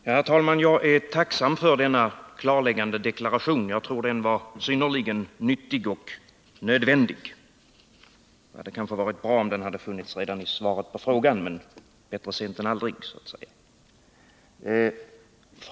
Herr talman! Jag är tacksam för denna klarläggande deklaration. Jag tror den var synnerligen nyttig och nödvändig. Det hade kanske varit bra om den funnits med redan i svaret på frågan — men bättre sent än aldrig.